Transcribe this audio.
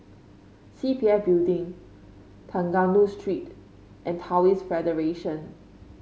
C P F Building Trengganu Street and Taoist Federation